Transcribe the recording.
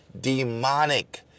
demonic